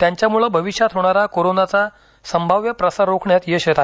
त्यांच्यामुळे भविष्यात होणारा करोनाचा संभाव्य प्रसार रोखण्यात यश येत आहे